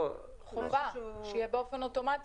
חובה שיהיה באופן אוטומטי,